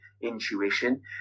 intuition